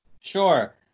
Sure